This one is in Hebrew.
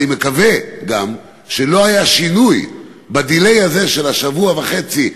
אני גם מקווה שלא היה שינוי ב-delay הזה של שבוע וחצי,